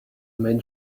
made